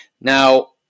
Now